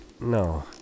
No